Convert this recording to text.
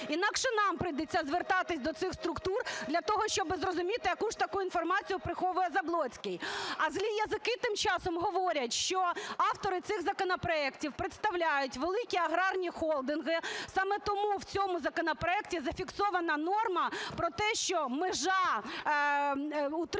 Інакше нам прийдеться звертатися до цих структур для того, щоби зрозуміти, яку ж таку інформацію приховує Заблоцький. А злі язики тим часом говорять, що автори цих законопроектів представляють великі аграрні холдинги, саме тому в цьому законопроекті зафіксована норма про те, що межа утримання